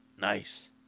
Nice